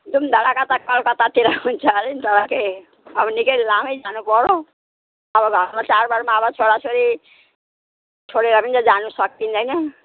धुमधडाका त कलकत्तातिर हुन्छ अरे नि त तर के अब निकै लामै जानुपर्यो अब घरमा चाडबाडमा अब छोराछोरी छोडेर पनि त जानु सकिँदैन